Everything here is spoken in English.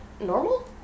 normal